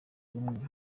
umwe